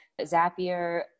Zapier